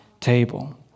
table